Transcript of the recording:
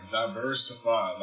diversify